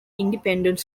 independent